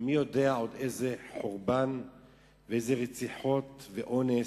מי יודע איזה עוד חורבן ואיזה רציחות ואונס,